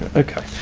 ah okay.